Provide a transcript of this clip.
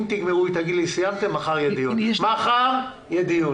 אם היא תגיד לי שסיימתם, מחר יהיה דיון.